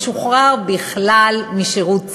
משוחרר בכלל משירות צבאי,